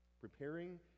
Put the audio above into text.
preparing